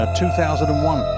2001